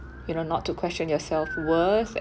you know not to question yourself worth